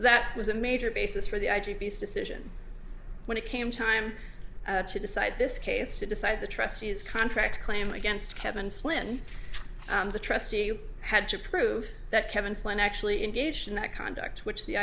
that was a major basis for the i g based decision when it came time to decide this case to decide the trustees contract claim against kevin flynn the trustee you had to prove that kevin flynn actually engaged in that conduct which the